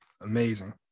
Amazing